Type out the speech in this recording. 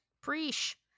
Preach